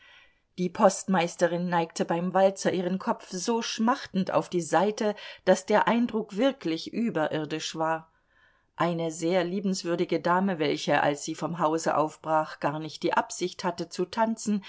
die postmeisterin neigte beim walzer ihren kopf so schmachtend auf die seite daß der eindruck wirklich überirdisch war eine sehr liebenswürdige dame welche als sie vom hause aufbrach gar nicht die absicht hatte zu tanzen